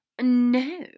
No